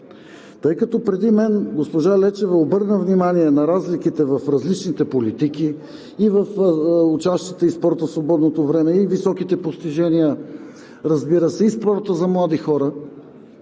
Тъй като преди мен госпожа Лечева обърна внимание на разликите в различните политики – и учащите, и спортът в свободното време, и високите постижения, разбира се, и спортът за млади хора.